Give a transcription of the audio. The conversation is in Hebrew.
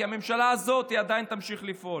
כי הממשלה הזאת עדיין תמשיך לפעול.